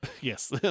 yes